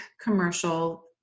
commercial